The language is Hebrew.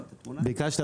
ביקשת,